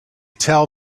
tell